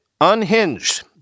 unhinged